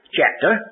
chapter